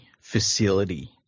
facility